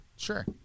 Sure